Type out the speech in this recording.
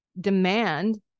demand